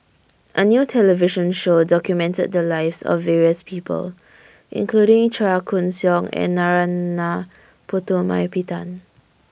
A New television Show documented The Lives of various People including Chua Koon Siong and Narana Putumaippittan